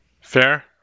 Fair